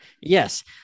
yes